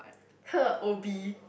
!huh! O_B